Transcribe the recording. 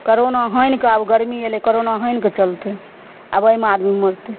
corona हनि कऽ आब गरमी अयलै करोना हनि कऽ चलतै आब अहिमे आदमी मरतै